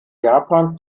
japans